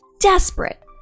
desperate